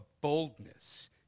boldness